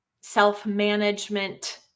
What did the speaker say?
self-management